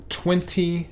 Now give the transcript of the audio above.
twenty